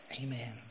Amen